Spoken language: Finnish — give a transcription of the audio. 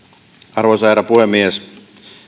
arvoisa herra puhemies